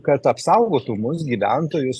kad apsaugotų mus gyventojus